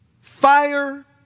fire